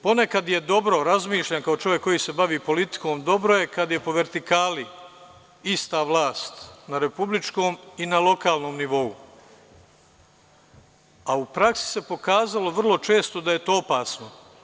Ponekad je dobro, razmišljam kao čovek koji se bavi politikom, dobro je kad je po vertikali ista vlast na republičkom i na lokalnom nivou, a u praksi se pokazalo vrlo često da je to opasno.